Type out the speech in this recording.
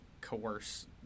coerce